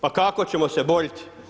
Pa kako ćemo se borit?